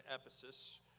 Ephesus